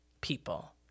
people